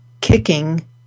kicking